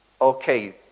okay